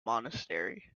monastery